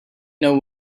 know